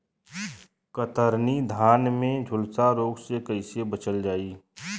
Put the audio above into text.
कतरनी धान में झुलसा रोग से कइसे बचल जाई?